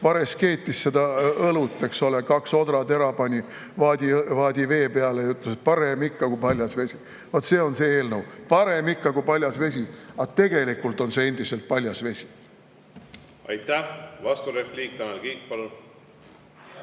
vares seda õlut [pruulis]? Kaks odratera pani vaadi vee peale ja ütles, et parem ikka kui paljas vesi. Vaat see on see eelnõu: parem ikka kui paljas vesi, aga tegelikult on see endiselt paljas vesi. Aitäh! Vasturepliik, Tanel Kiik, palun!